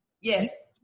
Yes